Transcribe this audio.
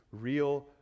real